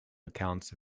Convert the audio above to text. accounts